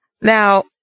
Now